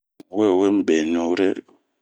Un we wemu be ɲu wure.